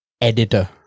editor